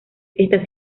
está